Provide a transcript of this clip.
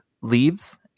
leaves